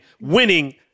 winning